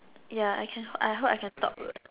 ya I can I hope I can talk well